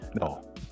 no